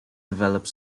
developed